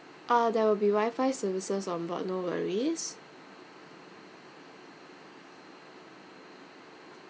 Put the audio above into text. uh there will be wi-fi services on board no worries